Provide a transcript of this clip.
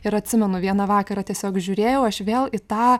ir atsimenu vieną vakarą tiesiog žiūrėjau aš vėl į tą